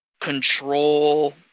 control